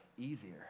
Easier